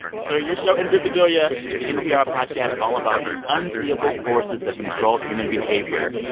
so your show invisibilia, the npr podcast all about the unseeable forces that control human behavior.